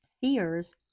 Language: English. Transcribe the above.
Fears